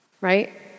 Right